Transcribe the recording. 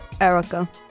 Erica